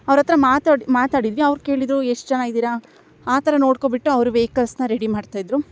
ಅವ್ರ ಹತ್ರ ಮಾತಾಡ್ ಮಾತಾಡಿದ್ವಿ ಅವ್ರು ಕೇಳಿದರು ಎಷ್ಟು ಜನ ಇದ್ದೀರಾ ಆ ಥರ ನೋಡ್ಕೊಂಬಿಟ್ಟು ಅವರು ವೆಯ್ಕಲ್ಸನ್ನ ರೆಡಿ ಮಾಡ್ತಾಯಿದ್ದರು